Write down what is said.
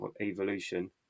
evolution